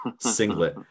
singlet